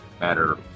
matter